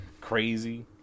crazy